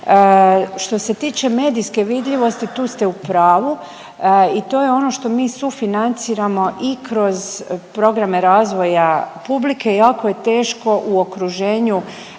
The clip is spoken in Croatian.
Što se tiče medijske vidljivosti, tu ste u pravu i to je ono što mi sufinanciramo i kroz programe razvoja publike i jako je teško u okruženju